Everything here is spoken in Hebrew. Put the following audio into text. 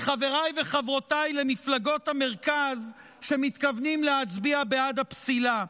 מחבריי וחברותיי למפלגות המרכז שמתכוונים להצביע בעד הפסילה.